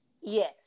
Yes